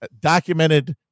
documented